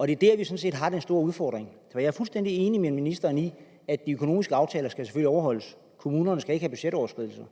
er det sådan set der, vi har den store udfordring, for jeg er fuldstændig enig med ministeren i, at de økonomiske aftaler jo selvfølgelig skal overholdes. Kommunerne skal ikke have budgetoverskridelser,